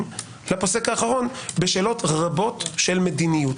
לפוסק האחרון בשאלות רבות של מדיניות,